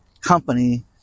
company